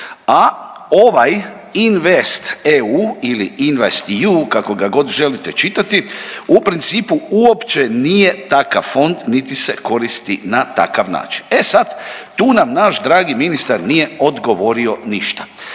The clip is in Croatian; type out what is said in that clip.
a ovaj Invest EU ili Invest ju kako ga god želite čitati, u principu uopće nije takav fond niti se koristi na takav način. E sad, tu nam naš dragi ministar nije odgovorio ništa.